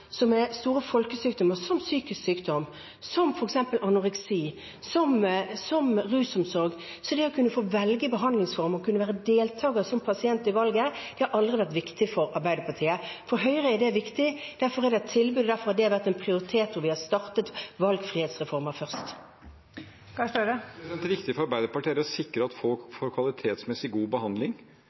som er store folkesykdommer, som psykisk sykdom, som f.eks. anoreksi, som rusproblemer, så er det viktig å få velge behandlingsform og kunne være deltaker som pasient i valget. Det har aldri vært viktig for Arbeiderpartiet. For Høyre er det viktig. Derfor er det et tilbud, og derfor har det hatt prioritet, hvor vi har startet valgfrihetsreformer først. Det åpnes for oppfølgingsspørsmål – først Jonas Gahr Støre. Det viktige for Arbeiderpartiet er å sikre at folk får kvalitetsmessig god behandling,